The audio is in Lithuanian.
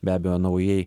be abejo naujai